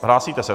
Hlásíte se?